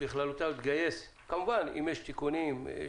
בכללותה ולהתגייס כמובן שאם יש תיקונים או